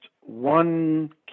one